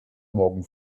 morgen